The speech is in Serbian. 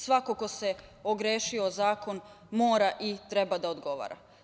Svako ko se ogrešio o zakon mora i treba da odgovara.